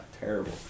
Terrible